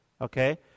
okay